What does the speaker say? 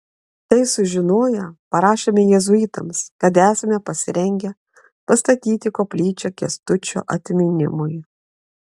tai sužinoję parašėme jėzuitams kad esame pasirengę pastatyti koplyčią kęstučio atminimui